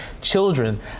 children